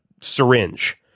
syringe